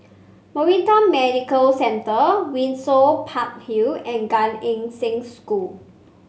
Maritime Medical Centre Windsor Park Hill and Gan Eng Seng School